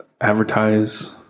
advertise